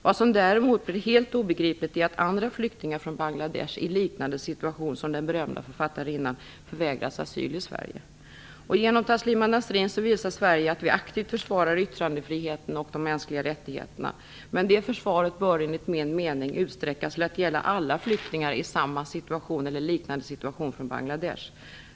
Vad som däremot blir helt obegripligt är att andra flyktingar från Bangladesh i situationer som liknar den berömda författarinnans förvägras asyl i Genom Taslima Nasrin visar Sverige att vi aktivt försvarar yttrandefriheten och de mänskliga rättigheterna, men det försvaret bör enligt min mening utsträckas till att gälla alla flyktingar från Bangladesh i samma eller liknande situation.